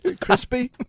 Crispy